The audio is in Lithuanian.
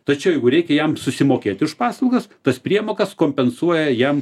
tačiau jeigu reikia jam susimokėti už paslaugas tas priemokas kompensuoja jam